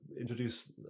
introduce